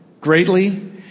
greatly